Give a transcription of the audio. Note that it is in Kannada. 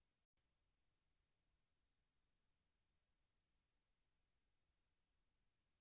ನನ್ನ ಎಫ್.ಡಿ ಅನ್ನು ಮುಕ್ತಾಯ ಮಾಡಲು ನಾನು ಬಯಸುತ್ತೇನೆ